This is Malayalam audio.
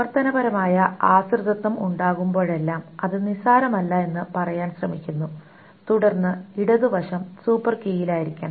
പ്രവർത്തനപരമായ ആശ്രിതത്വം ഉണ്ടാകുമ്പോഴെല്ലാം അത് നിസ്സാരമല്ലെന്ന് പറയാൻ ശ്രമിക്കുന്നു തുടർന്ന് ഇടതുവശം സൂപ്പർ കീയിലായിരിക്കണം